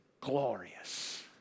glorious